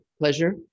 pleasure